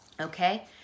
Okay